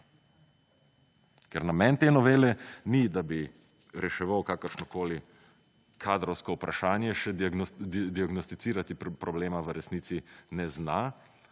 Ker namen te novele ni, da bi reševal kakršnokoli kadrovsko vprašanje še diagnosticirati problema v resnici ne zna,